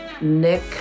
Nick